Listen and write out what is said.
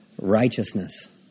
righteousness